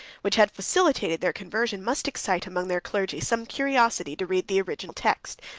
which had facilitated their conversion, must excite among their clergy some curiosity to read the original text,